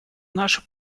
наши